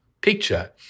picture